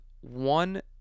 one